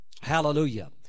Hallelujah